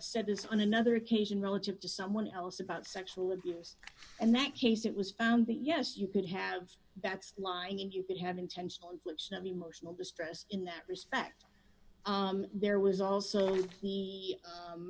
said this on another occasion relative to someone else about sexual abuse and that case it was found that yes you could have that's lying and you could have intentional infliction of emotional distress in that respect there was also